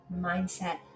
mindset